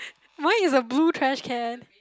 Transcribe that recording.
mine is a blue trash can